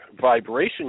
vibration